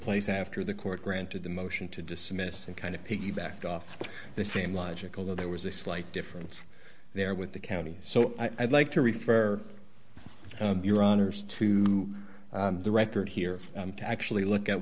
place after the court granted the motion to dismiss and kind of piggyback off the same logical though there was a slight difference there with the county so i'd like to refer your honour's to the record here to actually look at